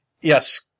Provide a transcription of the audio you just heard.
Yes